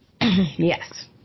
Yes